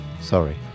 Sorry